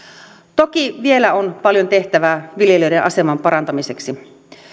toki vielä on paljon tehtävää viljelijöiden aseman parantamiseksi